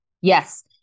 yes